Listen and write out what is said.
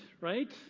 Right